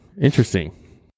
Interesting